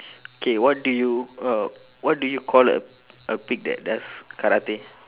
okay what do you uh what do you call a a pig that does karate